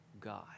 God